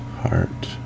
heart